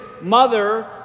mother